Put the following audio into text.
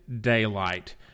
daylight